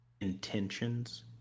intentions